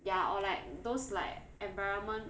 ya or like those like environment